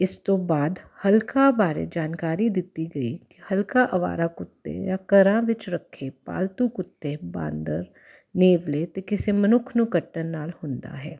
ਇਸ ਤੋਂ ਬਾਅਦ ਹਲਕਾਅ ਬਾਰੇ ਜਾਣਕਾਰੀ ਦਿੱਤੀ ਗਈ ਹਲਕਾਅ ਅਵਾਰਾ ਕੁੱਤੇ ਜਾਂ ਘਰਾਂ ਵਿੱਚ ਰੱਖੇ ਪਾਲਤੂ ਕੁੱਤੇ ਬਾਂਦਰ ਨੇਵਲੇ ਅਤੇ ਕਿਸੇ ਮਨੁੱਖ ਨੂੰ ਕੱਟਣ ਨਾਲ ਹੁੰਦਾ ਹੈ